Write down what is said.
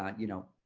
um you know,